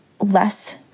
less